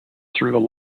through